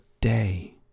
day